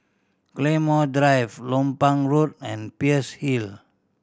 Claymore Drive Lompang Road and Peirce Hill